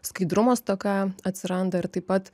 skaidrumo stoka atsiranda ir taip pat